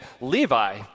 Levi